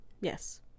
yes